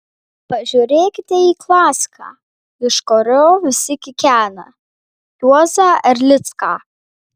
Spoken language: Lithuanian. pažiūrėkite į klasiką iš kurio visi kikena juozą erlicką